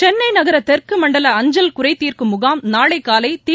சென்னை நகர தெற்கு மண்டல அஞ்சல் குறை தீர்க்கும் முகாம் நாளை காலை தி